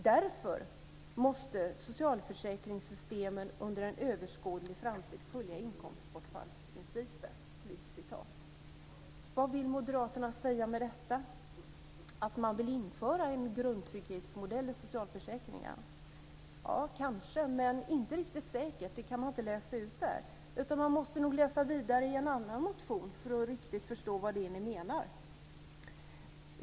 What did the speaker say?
Därför måste socialförsäkringssystemen under en överskådlig framtid följa inkomstbortfallsprincipen." Vad vill moderaterna säga med detta? Att de vill införa en grundtrygghetsmodell i socialförsäkringen? Kanske, men det är inte riktigt säkert. Det kan man inte läsa ut. Man måste nog läsa vidare i en annan motion för att riktigt förstå vad det är ni menar.